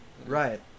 right